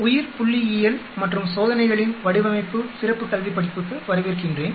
உயிர்புள்ளியியல் மற்றும் சோதனைகளின் வடிவமைப்பு சிறப்பு கல்வி படிப்புக்கு வரவேற்கின்றேன்